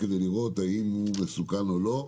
כדי לראות האם הוא מסוכן או לא.